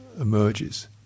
emerges